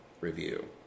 review